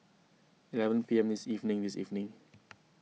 eleven P M this evening this evening